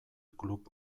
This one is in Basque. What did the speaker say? klub